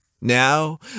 Now